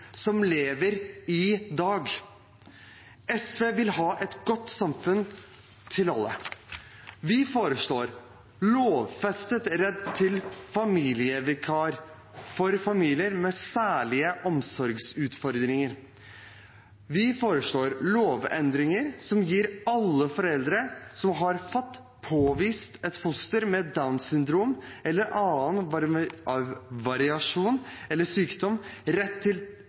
som lever i dag. SV vil ha et godt samfunn for alle. Vi foreslår en lovfestet rett til familievikar for familier med særlige omsorgsutfordringer, og vi foreslår lovendringer som gir alle foreldre som har fått påvist et foster med Downs syndrom eller annen variasjon eller sykdom, rett til